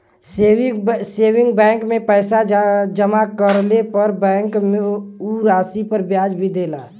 saving bank में पैसा जमा करले पर बैंक उ राशि पर ब्याज भी देला